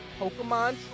Pokemon